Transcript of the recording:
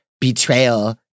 betrayal